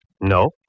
No